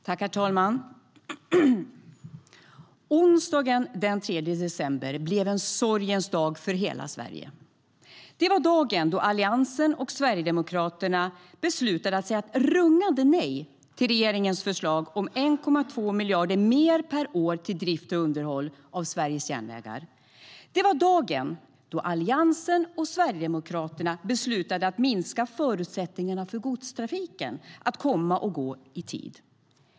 Herr talman! Onsdagen den 3 december blev en sorgens dag för hela Sverige. Det var då Alliansen och Sverigedemokraterna beslutade att säga ett rungande nej till regeringens förslag om 1,2 miljarder mer per år till drift och underhåll av Sveriges järnvägar. Det var dagen då Alliansen och Sverigedemokraterna beslutade att minska förutsättningarna för godstrafiken att komma och gå i tid.